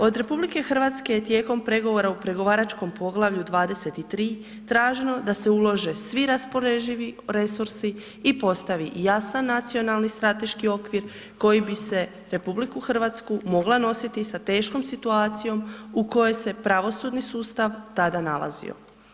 Od RH je tijekom pregovora u pregovaračkom poglavlju 23. traženo da se ulože svi raspoloživi resursi i postavi jasan nacionalni strateški okvir koji bi se RH mogla nositi sa teškom situacijom u kojoj se pravosudni sustav tada nalazio.